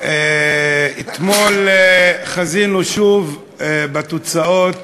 אתמול חזינו שוב בתוצאות